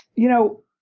you know,